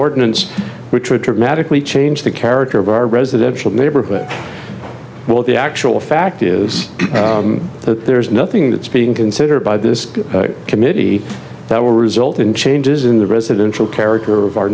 ordinance which would dramatically change the character of our residential neighborhood well the actual fact is that there's nothing that's being considered by this committee that will result in changes in the residential character of our